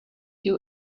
you